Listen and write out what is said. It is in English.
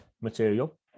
material